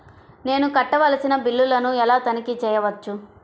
నేను కట్టవలసిన బిల్లులను ఎలా తనిఖీ చెయ్యవచ్చు?